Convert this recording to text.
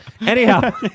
anyhow